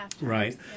right